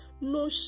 no